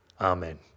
Amen